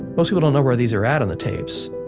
most people don't know where these are at on the tapes.